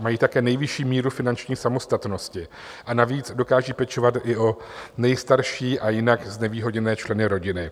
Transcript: Mají také nejvyšší míru finanční samostatnosti, a navíc dokážou pečovat i o nejstarší a jinak znevýhodněné členy rodiny.